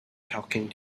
talking